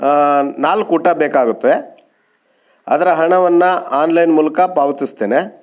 ನಾಲ್ಕು ಊಟ ಬೇಕಾಗುತ್ತೆ ಅದರ ಹಣವನ್ನು ಆನ್ಲೈನ್ ಮೂಲಕ ಪಾವತಿಸ್ತೇನೆ